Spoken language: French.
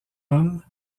homme